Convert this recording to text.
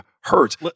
hurts